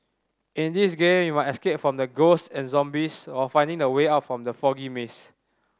in this game you must escape from ghosts and zombies while finding the way out from the foggy maze